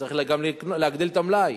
שצריך גם להגדיל את המלאי.